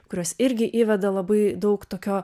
kurios irgi įveda labai daug tokio